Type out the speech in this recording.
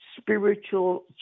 spiritual